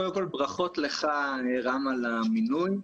קודם כל ברכות לך רם על המינוי,